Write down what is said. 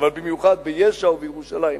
אבל במיוחד ביש"ע ובירושלים,